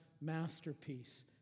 masterpiece